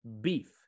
beef